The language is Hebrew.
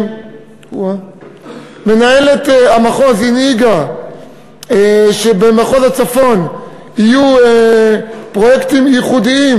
מנהלת המחוז הנהיגה שבמחוז הצפון יהיו פרויקטים ייחודיים.